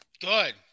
good